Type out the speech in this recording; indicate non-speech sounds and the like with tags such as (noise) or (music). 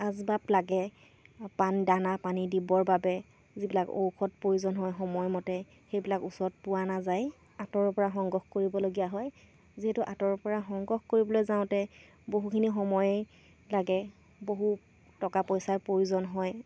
আচবাব লাগে (unintelligible) দানা পানী দিবৰ বাবে যিবিলাক ঔষধ প্ৰয়োজন হয় সময়মতে সেইবিলাক ওচৰত পোৱা নাযায় আঁতৰৰপৰা সংগ্ৰহ কৰিবলগীয়া হয় যিহেতু আঁতৰৰপৰা সংগ্ৰহ কৰিবলৈ যাওঁতে বহুখিনি সময় লাগে বহু টকা পইচাৰ প্ৰয়োজন হয়